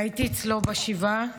שהייתי אצלו בשבעה.